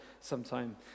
sometime